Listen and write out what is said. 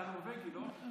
אתה נורבגי, לא?